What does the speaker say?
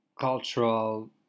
cultural